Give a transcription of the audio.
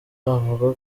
avuga